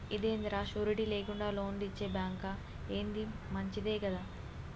ఇదేందిరా, షూరిటీ లేకుండా లోన్లిచ్చే బాంకా, ఏంది మంచిదే గదా